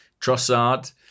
Trossard